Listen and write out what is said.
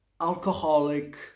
alcoholic